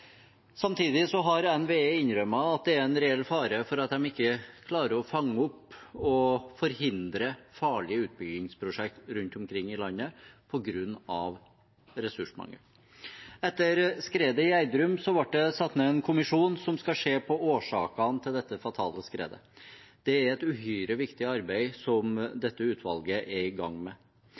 Samtidig har NVE innrømmet at det er en reell fare for at de ikke klarer å fange opp og forhindre farlige utbyggingsprosjekter rundt omkring i landet, på grunn av ressursmangel. Etter skredet i Gjerdrum ble det satt ned en kommisjon som skal se på årsakene til dette fatale skredet. Det er et uhyre viktig arbeid som dette utvalget er i gang med,